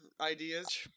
ideas